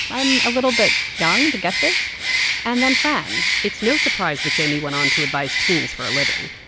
i'm a little bit young to get this and then friends it's no surprise that jaime went on to advise teens for a living.